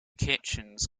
kitchens